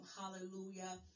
Hallelujah